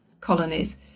colonies